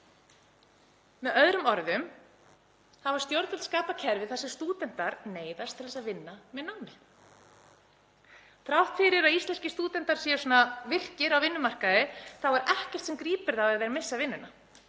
Með öðrum orðum hafa stjórnvöld skapað kerfi þar sem stúdentar neyðast til að vinna með námi. Þrátt fyrir að íslenskir stúdentar séu virkir á vinnumarkaði er ekkert sem grípur þá ef þeir missa vinnuna.